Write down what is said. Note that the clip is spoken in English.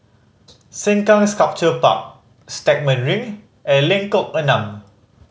Sengkang Sculpture Park Stagmont Ring and Lengkok Enam